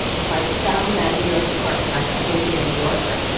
if i had found that new york apartment, i'd still be a new yorker.